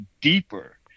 deeper